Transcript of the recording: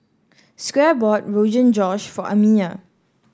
Squire bought Rogan Josh for Amiya